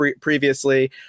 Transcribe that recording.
previously